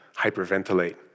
hyperventilate